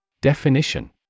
Definition